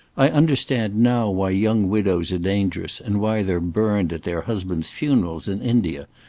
i understand now why young widows are dangerous, and why they're bumed at their husband's funerals in india.